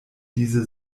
diese